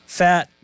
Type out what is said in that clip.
fat